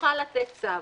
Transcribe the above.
יוכל לתת צו.